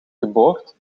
geboord